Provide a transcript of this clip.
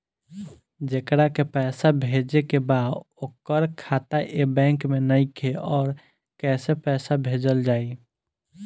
जेकरा के पैसा भेजे के बा ओकर खाता ए बैंक मे नईखे और कैसे पैसा भेजल जायी?